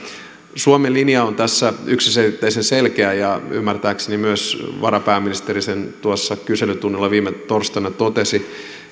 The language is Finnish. suomen linja on tässä yksiselitteisen selkeä ja ymmärtääkseni myös varapääministeri sen kyselytunnilla viime torstaina totesi